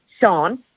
Sean